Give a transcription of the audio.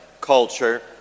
culture